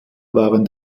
waren